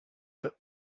but